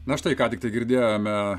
na štai ką tiktai girdėjome